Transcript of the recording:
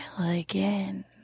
again